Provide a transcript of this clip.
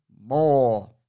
more